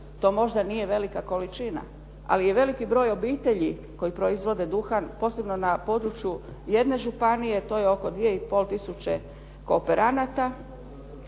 to možda nije velika količina, ali je veliki broj obitelji koji proizvode duhan, posebno na području jedne županije, to je oko 2 500 kooperanata